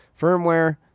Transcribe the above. firmware